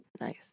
nice